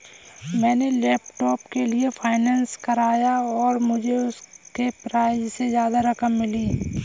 मैंने लैपटॉप के लिए फाइनेंस कराया और मुझे उसके प्राइज से ज्यादा रकम मिली